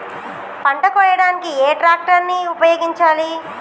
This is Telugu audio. పంట కోయడానికి ఏ ట్రాక్టర్ ని ఉపయోగించాలి?